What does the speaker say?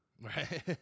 Right